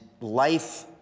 life